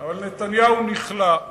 אבל נתניהו נכנע.